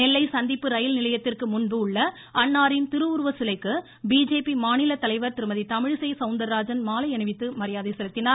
நெல்லை சந்திப்பு ரயில்நிலையத்திற்கு முன்பு உள்ள அன்னாரின் திருவுருவ சிலைக்கு பிஜேபி திருமதி தமிழிசை சௌந்தா்ராஜன் மாலை அணிவித்து மாநில தலைவர் மரியாதை செலுத்தினார்